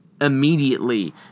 immediately